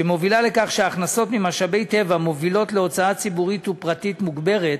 שמובילה לכך שההכנסות ממשאבי טבע מובילות להוצאה ציבורית ופרטית מוגברת,